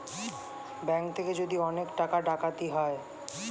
bank থেকে যদি অনেক টাকা ডাকাতি হয়